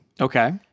Okay